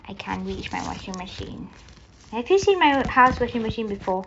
I can't reach my washing machine have you seen my house washing machine before